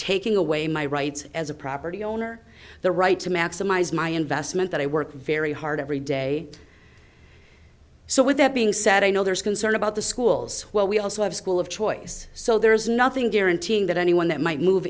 taking away my rights as a property owner the right to maximize my investment that i work very hard every day so with that being said i know there is concern about the schools well we also have a school of choice so there is nothing guaranteeing that anyone that might move